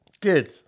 Good